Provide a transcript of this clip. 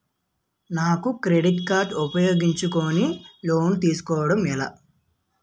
నాకు నా credit card ఉపయోగించుకుని లోన్ తిస్కోడం ఎలా?